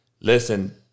listen